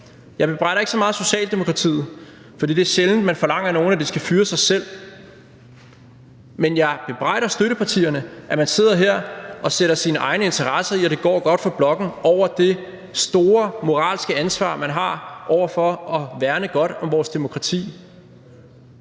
Jeg bebrejder ikke så meget Socialdemokratiet, for det er sjældent, man forlanger af nogen, at de skal fyre sig selv, men jeg bebrejder støttepartierne, at man sidder her og sætter sine egne interesser i, at det går godt for blokken, over det store moralske ansvar, man har over for at værne godt om vores demokrati.